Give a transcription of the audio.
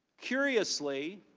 curiously,